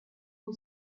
who